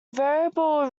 variable